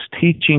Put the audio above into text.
teaching